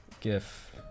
gif